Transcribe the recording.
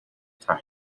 time